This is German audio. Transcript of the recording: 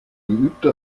geübte